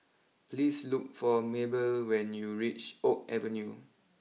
please look for Maybelle when you reach Oak Avenue